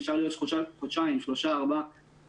נשארו לי עוד חודשיים, שלושה, ארבעה חודשים.